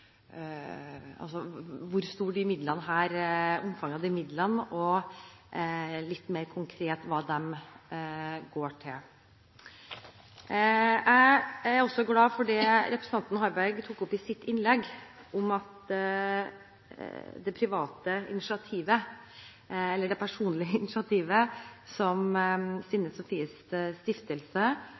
omfanget av disse midlene og litt mer konkret om hva de går til. Jeg er også glad for det representanten Harberg tok opp i sitt innlegg om det personlige initiativet som Stine Sofies Stiftelse sammen med Eli Rygg og flere som